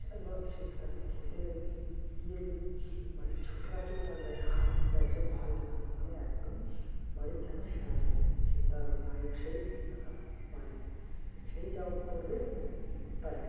এ এবং সে তাকে খেতে গিয়ে যদি বাড়ির ছোটরা কেউ তার গায়ের হাত দিক যায় সে ভয় দেখানো মানে একদম বাড়ির যেন সেরা আসে সে তার নায়ক সেই একা বাড়ির সেই যা করবে তাই